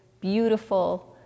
beautiful